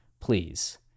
please